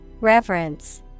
Reverence